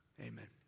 Amen